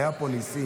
היו פה ניסים.